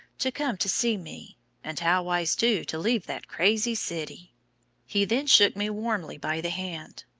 to come to see me and how wise, too, to leave that crazy city he then shook me warmly by the hand.